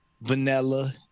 Vanilla